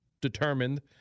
determined